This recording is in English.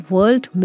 World